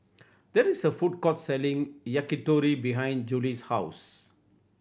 that is a food court selling Yakitori behind Juli's house